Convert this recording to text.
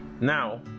Now